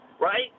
right